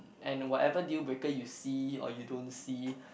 and whatever dealbreaker you see or you don't see